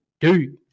dude